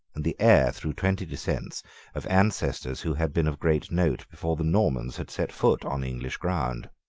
and the heir through twenty descents of ancestors who had been of great note before the normans had set foot on english ground.